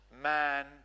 man